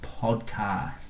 Podcast